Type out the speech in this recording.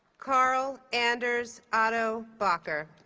karl anders otto bocker